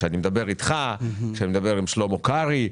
כשאני מדבר איתך, כשאני מדבר עם שלמה קרעי.